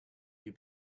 you